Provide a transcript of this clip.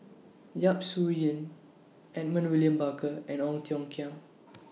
Yap Su Yin Edmund William Barker and Ong Tiong Khiam